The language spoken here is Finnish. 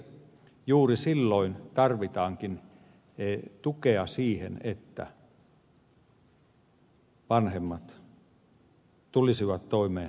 juuri silloin tarvitaankin tukea siihen että vanhemmat tulisivat toimeen keskenään